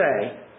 say